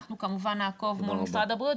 אנחנו כמובן נעקוב מול משרד הבריאות -- תודה רבה.